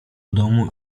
domu